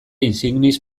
insignis